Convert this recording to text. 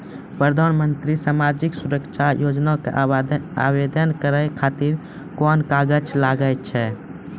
प्रधानमंत्री समाजिक सुरक्षा योजना के आवेदन करै खातिर कोन कागज लागै छै?